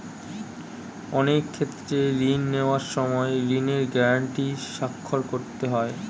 অনেক ক্ষেত্রে ঋণ নেওয়ার সময় ঋণের গ্যারান্টি স্বাক্ষর করতে হয়